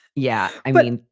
yeah, i but mean,